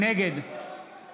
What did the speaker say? נגד